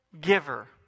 giver